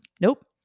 Nope